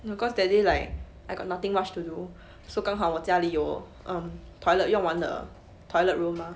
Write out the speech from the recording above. no cause that day like I got nothing much to do so 刚好我家里有 um toilet 用完的 toilet roll mah